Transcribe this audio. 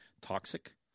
toxic